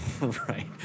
Right